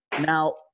Now